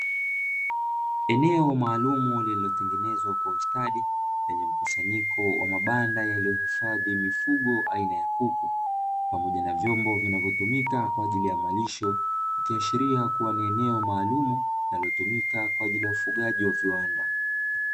Eneo maalumu lililotengenezwa kwa ustadi , lenye mkusanyiko wa mabanda yaliyohifadhi mifugo aina ya kuku pamoja na vyombo vinavotumika kwa ajili ya malisho, ikiashiria kuwa ni eneo maalumu linalotumika kwa ajili ya ufugaji wa viwanda.